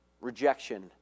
rejection